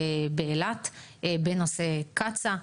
בנושא קצא"א,